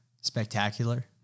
spectacular